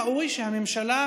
ראוי שהממשלה,